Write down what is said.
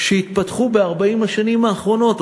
שהתפתחו ב-40 השנים האחרונות,